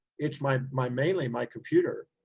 it's my, my mainly my computer.